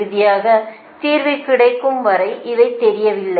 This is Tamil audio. இறுதித் தீர்வு கிடைக்கும் வரை இவை தெரியவில்லை